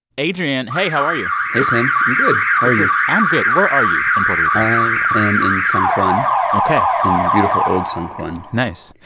adrian, hey, how are you? hey, sam, i'm good. how are you? i'm good. where are you in puerto rico? i am in san juan ok in beautiful old san juan nice.